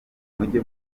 mujye